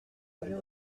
voulût